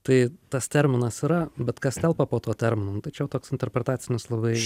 tai tas terminas yra bet kas telpa po tuo terminu nu tai čia jau toks interpretacinis labai